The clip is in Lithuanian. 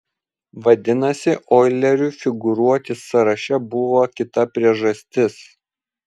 vadinasi oileriui figūruoti sąraše buvo kita priežastis